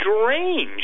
strange